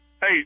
hey